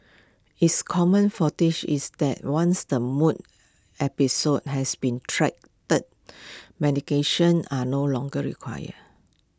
is common is that once the mood episodes has been treated medication are no longer required